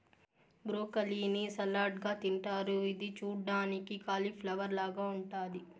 broccoli ని salad గా తింటారు ఇది చూడ్డానికి కాలిఫ్లవర్ లాగ ఉంటాది